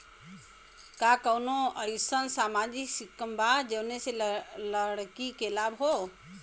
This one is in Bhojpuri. का कौनौ अईसन सामाजिक स्किम बा जौने से लड़की के लाभ हो?